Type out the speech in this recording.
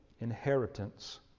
Inheritance